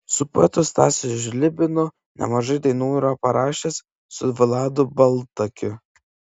su poetu stasiu žlibinu nemažai dainų yra parašęs su vladu baltakiu